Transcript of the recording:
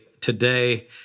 today